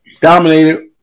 dominated